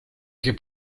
que